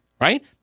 right